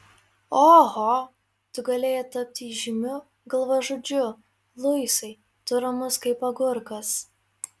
oho tu galėjai tapti įžymiu galvažudžiu luisai tu ramus kaip agurkas